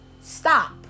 Stop